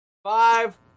Five